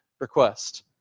Request